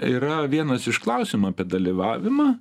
yra vienas iš klausimų apie dalyvavimą